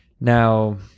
now